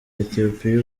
ethiopia